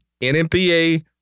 NMPA